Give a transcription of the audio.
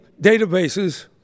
databases